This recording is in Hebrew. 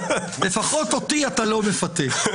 לפחות אותי אתה לא מפתה,